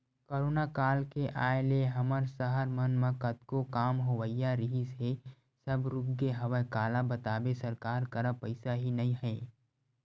corona काल के आय ले हमर सहर मन म कतको काम होवइया रिहिस हे सब रुकगे हवय काला बताबे सरकार करा पइसा ही नइ ह